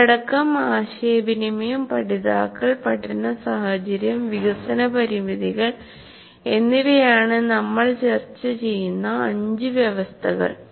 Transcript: ഉള്ളടക്കം ആശയവിനിമയം പഠിതാക്കൾ പഠന സാഹചര്യം വികസന പരിമിതികൾ എന്നിവയാണ് നമ്മൾ ചർച്ച ചെയ്യുന്ന അഞ്ച് വ്യവസ്ഥകൾ